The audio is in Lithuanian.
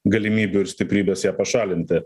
galimybių ir stiprybės ją pašalinti